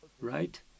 right